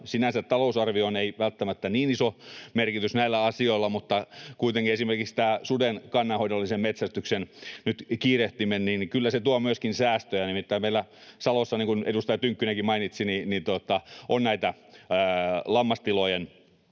Sinänsä talousarvioon ei välttämättä niin iso merkitys näillä asioilla ole, mutta kuitenkin esimerkiksi tämä suden kannanhoidollisen metsästyksen kiirehtiminen kyllä tuo myöskin säästöjä. Nimittäin meillä Salossa, niin kuin edustaja Tynkkynenkin mainitsi, on näitä hyökkäyksiä